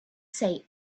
say